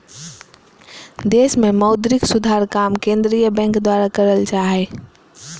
देश मे मौद्रिक सुधार काम केंद्रीय बैंक द्वारा करल जा हय